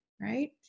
right